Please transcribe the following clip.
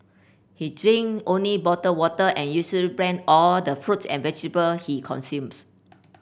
he drink only bottled water and usually blend all the fruits and vegetable he consumes